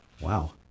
Wow